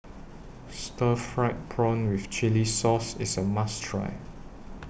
Stir Fried Prawn with Chili Sauce IS A must Try